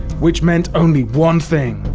which meant only one thing,